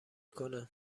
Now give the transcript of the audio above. کنه